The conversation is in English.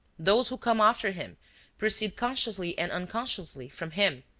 those who come after him proceed consciously and unconsciously from him,